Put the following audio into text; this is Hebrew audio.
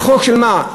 זה חוק של מה?